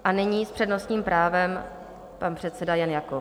A nyní s přednostním právem pan předseda Jan Jakob.